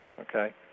okay